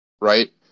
right